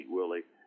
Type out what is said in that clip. Willie